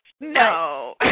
No